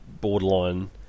borderline